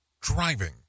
Driving